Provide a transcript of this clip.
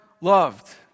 loved